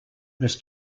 les